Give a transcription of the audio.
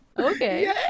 Okay